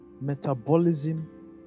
metabolism